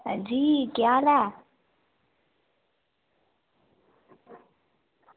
अंजी केह् हाल ऐ